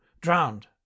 drowned